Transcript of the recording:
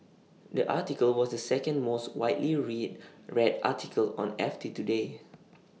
the article was the second most widely read red article on F T today